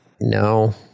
No